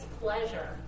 pleasure